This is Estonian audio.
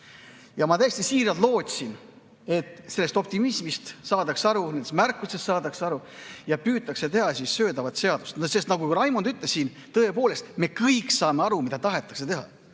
Ma tõesti siiralt lootsin, et sellest optimismist saadakse aru, nendest märkustest saadakse aru ja püütakse teha söödavat seadust. Nagu Raimond ütles, tõepoolest, me kõik saame aru, mida tahetakse teha.